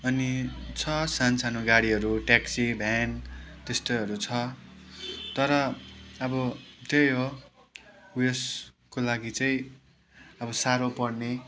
अनि छ सानसानो गाडीहरू ट्याक्सी भ्यान त्यस्तैहरू छ तर अब त्यही हो उएसको लागि चाहिँ अब साह्रो पर्ने